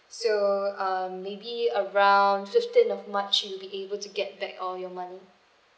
so um maybe around fifteen of march you'll be able to get back all your money